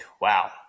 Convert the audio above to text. wow